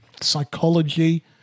psychology